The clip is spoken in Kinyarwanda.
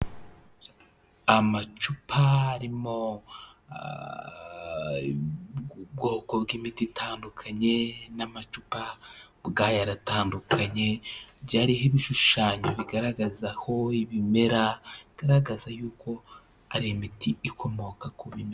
Amacupa arimo ubwoko bw'imiti itandukanye n'amacupa bwayatandukanye byariho ibishushanyo bigaragaza aho ibimera bigaragaza yuko ari imiti ikomoka ku bimera.